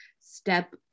step